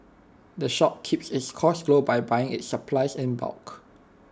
the shop keeps its cost low by buying its supplies in bulk